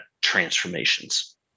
transformations